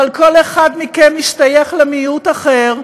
אבל כל אחד מכם משתייך למיעוט אחר,